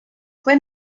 fue